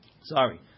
sorry